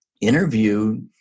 interview